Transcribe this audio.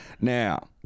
Now